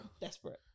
desperate